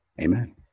Amen